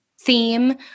theme